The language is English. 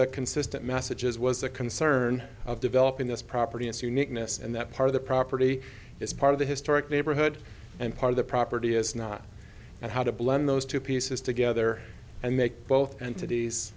the consistent messages was a concern of developing this property is uniqueness and that part of the property is part of the historic neighborhood and part of the property is not and how to blend those two pieces together and make both entities